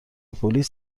پلیس